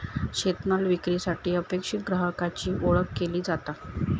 शेतमाल विक्रीसाठी अपेक्षित ग्राहकाची ओळख केली जाता